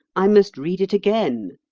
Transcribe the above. i must read it again.